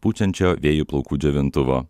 pučiančio vėjo plaukų džiovintuvo